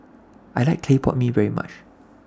I like Clay Pot Mee very much